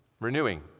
Renewing